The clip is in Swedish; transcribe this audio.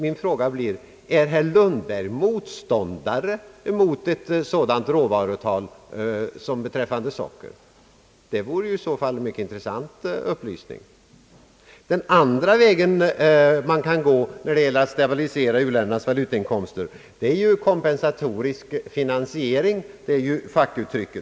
Är herr Lundberg motståndare till ett sådant avtal i fråga om socker? Det vore i så fall en mycket intressant upplysning. Den andra vägen man kan gå när det gäller att stabilisera u-ländernas valutainkomster är, som sagt, vad som med ett fackuttryck kallas kompensatorisk finansiering.